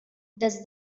does